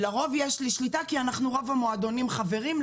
לרוב יש לי שליטה, כי רוב המועדונים חברים.